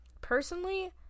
Personally